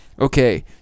Okay